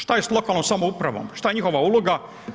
Šta je s lokalnom samoupravom, šta je njihova uloga?